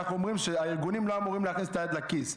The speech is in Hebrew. אנחנו אומרים שהארגונים לא אמורים להכניס את היד לכיס.